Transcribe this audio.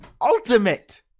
Ultimate